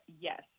yes